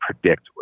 predict